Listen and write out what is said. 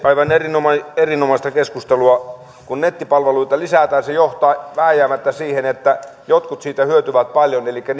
aivan erinomaista keskustelua kun nettipalveluita lisätään se johtaa vääjäämättä siihen että jotkut siitä hyötyvät paljon elikkä